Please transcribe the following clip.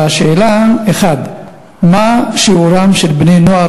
והשאלות: 1. מה הוא שיעורם של בני-נוער